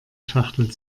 schachtel